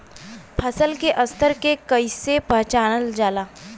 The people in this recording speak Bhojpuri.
फसल के स्तर के कइसी पहचानल जाला